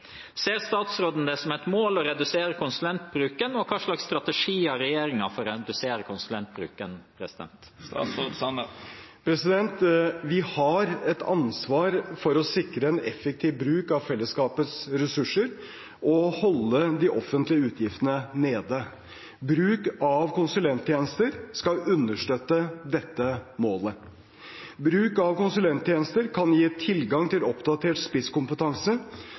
Ser statsråden det som et mål å redusere konsulentbruken, og hvilken strategi har regjeringen for å redusere konsulentbruken?» Vi har et ansvar for å sikre en effektiv bruk av fellesskapets ressurser og å holde de offentlige utgiftene nede. Bruk av konsulenttjenester skal understøtte dette målet. Bruk av konsulenttjenester kan gi tilgang til oppdatert spisskompetanse